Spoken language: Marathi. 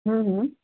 हं हं